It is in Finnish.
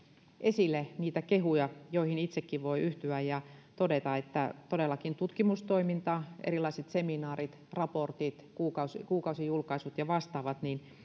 esille kehuja joihin itsekin voin yhtyä ja todeta että todellakin tutkimustoiminta erilaiset seminaarit raportit kuukausijulkaisut ja vastaavat